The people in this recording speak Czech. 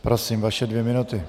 Prosím, vaše dvě minuty.